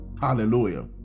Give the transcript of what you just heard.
Hallelujah